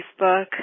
Facebook